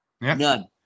None